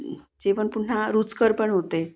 जेवण पुन्हा रुचकर पण होते